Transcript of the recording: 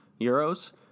euros